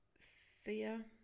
Thea